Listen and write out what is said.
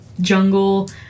jungle